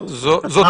תשומות.